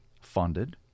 funded